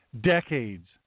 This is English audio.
Decades